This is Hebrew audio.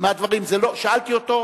שאלתי אותו,